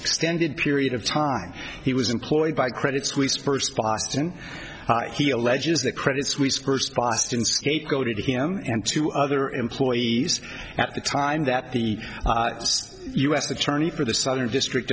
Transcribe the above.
extended period of time he was employed by credit suisse first boston he alleges that credit suisse first boston scapegoated him and two other employees at the time that the u s attorney for the southern district